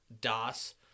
Das